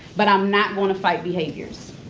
but i'm not going to fight behaviors.